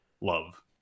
love